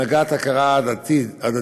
הנהגת הכרה הדדית